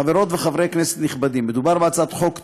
חברות וחברי כנסת נכבדים, מדובר בהצעת חוק טובה,